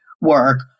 work